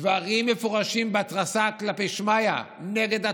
דברים מפורשים בהתרסה כלפי שמיא, נגד התורה,